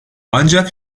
ancak